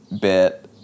bit